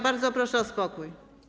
Bardzo proszę o spokój.